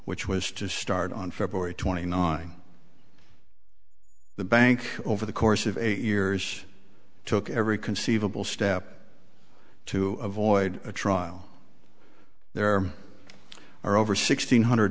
which was to start on february twenty nine the bank over the course of eight years took every conceivable step to avoid a trial there are over six hundred